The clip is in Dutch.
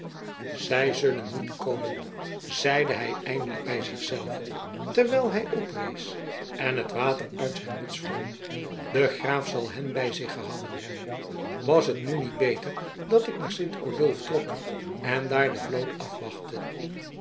zij zullen niet komen zeide hij eindelijk bij zich zelven terwijl hij oprees en het water uit zijn muts wrong de graaf zal hen bij zich gehouden hebben was het nu niet beter dat ik naar sint odulf trok en daar de vloot afwachtte